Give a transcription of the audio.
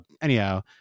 anyhow